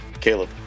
Caleb